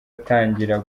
atangira